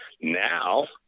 Now